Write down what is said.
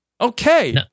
Okay